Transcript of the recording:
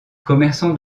commerçants